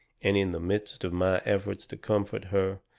and in the midst of my efforts to comfort her,